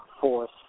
force